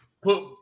put